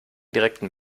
direkten